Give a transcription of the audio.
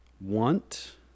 want